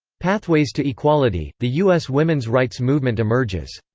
pathways to equality the u s. women's rights movement emerges.